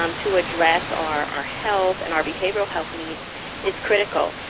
um to address our our health and our behavioral health needs is critical.